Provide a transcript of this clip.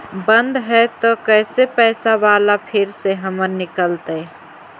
बन्द हैं त कैसे पैसा बाला फिर से हमर निकलतय?